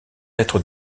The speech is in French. être